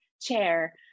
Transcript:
chair